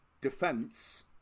defense